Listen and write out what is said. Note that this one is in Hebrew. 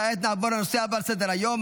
כעת נעבור לנושא הבא על סדר-היום,